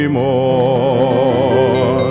more